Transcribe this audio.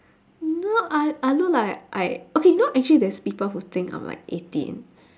n~ I I look like I okay you know actually there's people who think I'm like eighteen